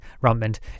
rampant